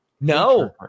No